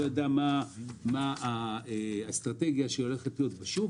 לא ידעו מה האסטרטגיה שהולכת להיות בשוק.